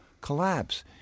collapse